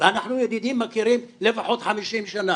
אנחנו ידידים, מכירים לפחות 50 שנה,